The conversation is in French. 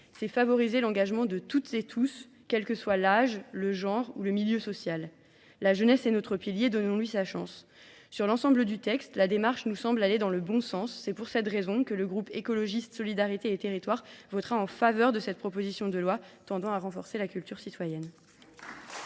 c'est favoriser l'engagement de toutes et tous, quel que soit l'âge, le genre ou le milieu social. La jeunesse est notre pilier, donnons-lui sa chance. Sur l'ensemble du texte, la démarche nous semble aller dans le bon sens. C'est pour cette raison que le groupe écologiste Solidarité et territoire votera en faveur de cette proposition de loi tendant à renforcer la culture citoyenne.